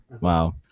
wow